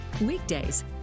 weekdays